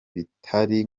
bitari